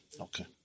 Okay